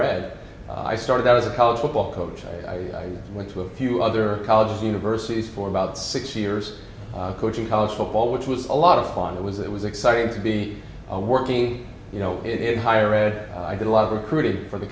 read i started out as a college football coach i went to a few other colleges universities for about six years coaching college football which was a lot of fun and it was it was exciting to be working you know it higher ed i did a lot of recruiting for the